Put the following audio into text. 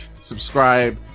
subscribe